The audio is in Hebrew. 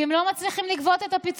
כי הם לא מצליחים לגבות את הפיצויים.